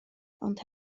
ond